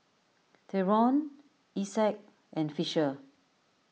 theron Isaak and Fisher